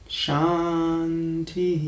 shanti